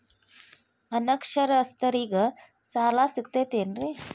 ಅನಕ್ಷರಸ್ಥರಿಗ ಸಾಲ ಸಿಗತೈತೇನ್ರಿ?